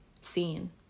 seen